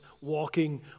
walking